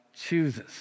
chooses